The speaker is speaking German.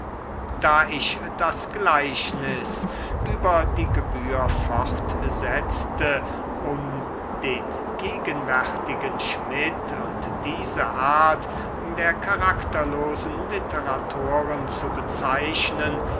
da ich das gleichnis über die gebühr fortsetzte um den gegenwärtigen schmid und diese art der charakterlosen literatoren zu bezeichnen